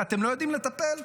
בזה אתם לא יודעים לטפל?